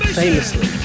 famously